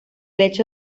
hecho